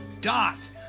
dot